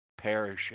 perishing